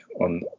on